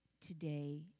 today